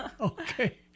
Okay